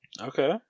Okay